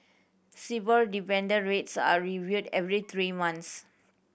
Sibor dependent rates are reviewed every three months